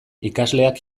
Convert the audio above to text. ikasleak